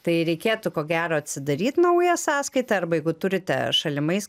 tai reikėtų ko gero atsidaryt naują sąskaitą arba jeigu turite šalimais